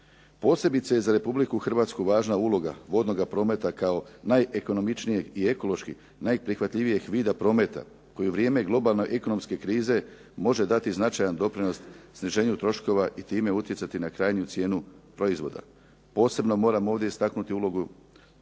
Posebice je za Republiku Hrvatsku važna uloga vodnoga prometa kao najekonomičnijeg i ekološki najprihvatljivijih vida prometa koji u vrijeme globalne ekonomske krize može dati značajan doprinos sniženju troškova i time utjecati na krajnju cijenu proizvoda. Posebno moram ovdje istaknuti ulogu